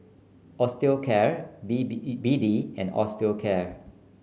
Osteocare B B D and Osteocare